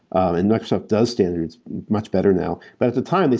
and microsoft does standards much better now. but at the time, they